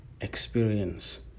experience